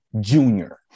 junior